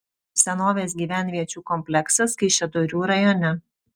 senovės gyvenviečių kompleksas kaišiadorių rajone